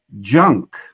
junk